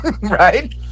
Right